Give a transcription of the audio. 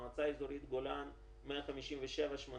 מועצה אזורית גולן 157,842,